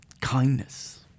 kindness